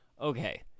Okay